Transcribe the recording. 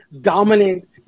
dominant